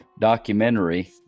documentary